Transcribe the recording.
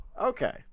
okay